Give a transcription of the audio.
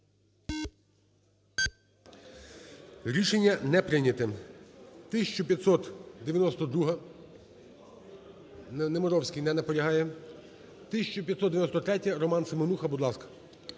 Рішення не прийнято. 1592-а, Немировський. Не наполягає. 1593-я. Роман Семенуха, будь ласка.